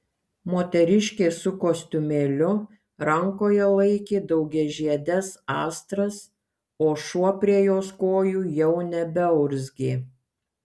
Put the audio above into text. moteriškė su kostiumėliu rankoje laikė daugiažiedes astras o šuo prie jos kojų jau nebeurzgė